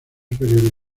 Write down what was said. superiores